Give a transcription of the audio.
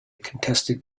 contested